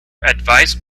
advice